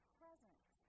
presence